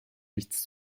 nichts